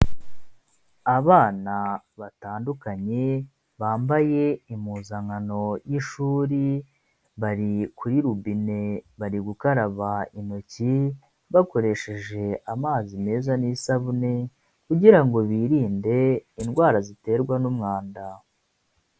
Abana batandukanye bambaye impuzankano y'ishuri, bari kuri rubine bari gukaraba intoki bakoresheje amazi meza n'isabune kugirango ngo birinde indwara ziterwa n'umwanda.